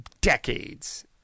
decades